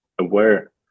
aware